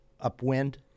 upwind